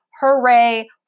hooray